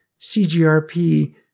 CGRP